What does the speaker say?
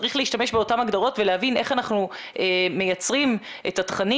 צריך להשתמש באותן הגדרות ולהבין איך אנחנו מייצרים את התכנים